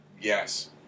Yes